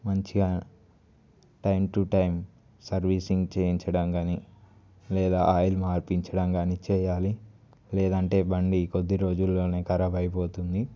మంచిగా time to time servicing చేయించడం కానీ లేదా ఆయిల్ మార్పించడం కానీ చేయాలి లేదంటే బండి కొద్ది రోజుల్లోనే కరాబ్ అయిపోతుంది